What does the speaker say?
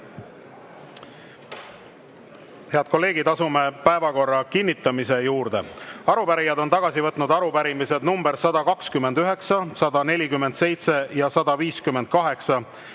Head kolleegid, asume päevakorra kinnitamise juurde. Arupärijad on tagasi võtnud arupärimised nr 129, 147 ja 158,